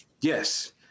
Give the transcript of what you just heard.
Yes